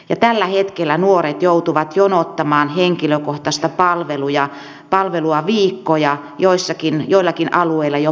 ja tällä hetkellä nuoret joutuvat jonottamaan henkilökohtaista palvelua viikkoja joillakin alueilla jopa kuukausia